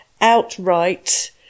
outright